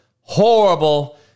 Horrible